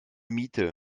miete